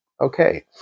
okay